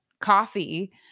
coffee